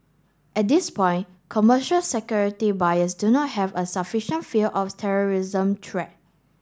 at this point commercial security buyers do not have a sufficient fear of terrorism threat